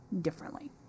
differently